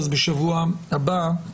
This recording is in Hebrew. אז בשבוע הבא,